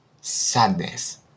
sadness